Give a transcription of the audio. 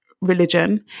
religion